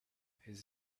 his